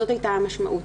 זאת היתה המשמעות.